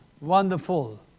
wonderful